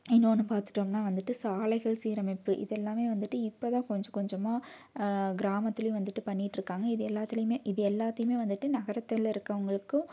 இன்னொன்னு பார்த்துட்டோம்னா வந்துட்டு சாலைகள் சீரமைப்பு இது எல்லாம் வந்துட்டு இப்போ தான் கொஞ்சம் கொஞ்சமாக கிராமத்துலேயும் வந்துட்டு பண்ணிட்டுருக்காங்க இது எல்லாத்துலேயுமே இது எல்லாத்தியும் வந்துட்டு நகரத்தில் இருக்கவங்களுக்கும்